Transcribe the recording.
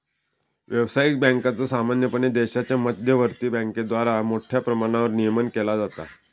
व्यावसायिक बँकांचा सामान्यपणे देशाच्या मध्यवर्ती बँकेद्वारा मोठ्या प्रमाणावर नियमन केला जाता